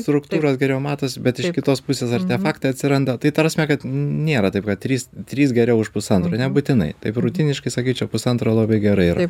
struktūros geriau matosi bet iš kitos pusės artefaktai atsiranda tai ta prasme kad nėra taip kad trys trys geriau už pusantro nebūtinai taip rutiniškai sakyčiau pusantro labai gerai yra